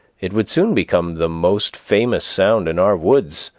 it would soon become the most famous sound in our woods,